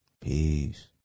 Peace